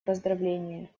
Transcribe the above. поздравления